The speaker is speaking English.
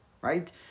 right